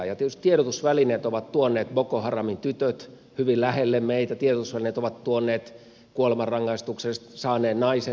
tietysti tiedotusvälineet ovat tuoneet boko haramin tytöt hyvin lähelle meitä tiedotusvälineet ovat tuoneet kuolemanrangaistuksen saaneen naisen sudanissa